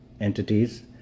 entities